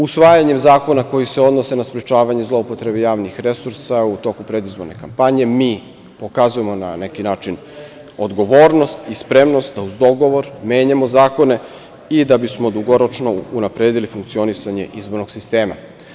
Usvajanjem zakona koji se odnosi na sprečavanje zloupotreba javnih resursa u toku predizborne kampanje, mi pokazujemo na neki način odgovornost i spremnost da uz dogovor menjamo zakone i da bismo dugoročno unapredili funkcionisanje izbornog sistema.